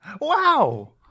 Wow